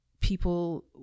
people